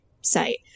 site